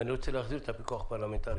ואני רוצה להחזיר את הפיקוח הפרלמנטרי.